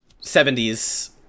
70s